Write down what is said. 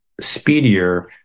speedier